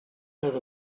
have